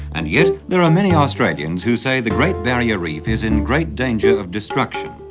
and yet there are many australians who say the great barrier reef is in great danger of destruction.